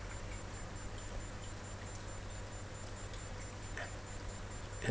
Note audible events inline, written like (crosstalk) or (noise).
(noise)